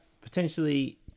potentially